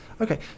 Okay